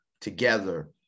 together